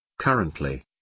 Currently